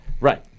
Right